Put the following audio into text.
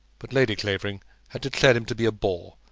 but lady clavering had declared him to be a bore,